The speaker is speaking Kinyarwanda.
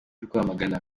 rwamagana